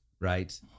right